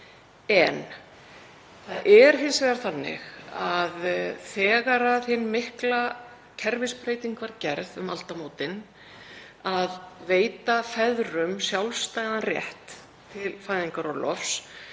Það er hins vegar þannig að þegar hin mikla kerfisbreyting var gerð um aldamótin að veita feðrum sjálfstæðan rétt til fæðingarorlofs,